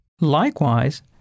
Likewise